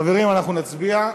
חברים, אנחנו נצביע.